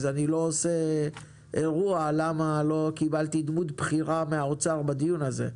אז אני לא עושה אירוע למה לא קיבלתי דמות בכירה מהאוצר בדיון הזה.